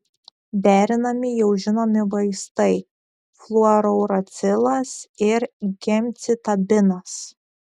derinami jau žinomi vaistai fluorouracilas ir gemcitabinas